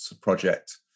project